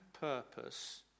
purpose